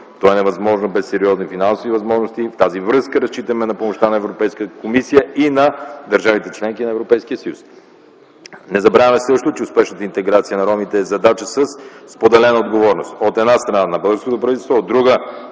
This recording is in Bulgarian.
Това е невъзможно без сериозни финансови възможности и в тази връзка разчитаме на помощта на Европейската комисия и на държавите – членки на Европейския съюз. Не забравяме също, че успешната интеграция на ромите е задача със споделена отговорност. От една страна, на българското правителство, от друга